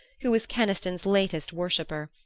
who was keniston's latest worshipper,